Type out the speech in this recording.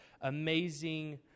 amazing